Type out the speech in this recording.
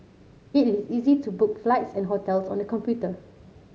it is easy to book flights and hotels on the computer